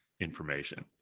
information